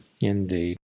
indeed